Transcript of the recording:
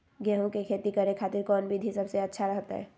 गेहूं के खेती करे खातिर कौन विधि सबसे अच्छा रहतय?